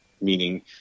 Meaning